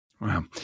Wow